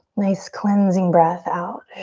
nice cleansing breath out.